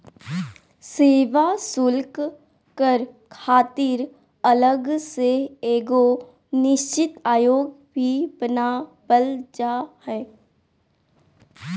सेवा शुल्क कर खातिर अलग से एगो निश्चित आयोग भी बनावल जा हय